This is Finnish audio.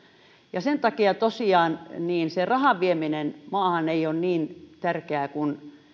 sen takia tosiaan se rahan vieminen maahan ei ole niin tärkeää kuin jos